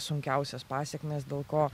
sunkiausias pasekmes dėl ko